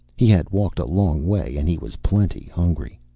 he had walked a long way and he was plenty hungry.